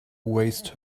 waste